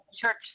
church